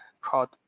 called